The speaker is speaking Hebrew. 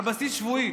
על בסיס שבועי.